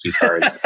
cards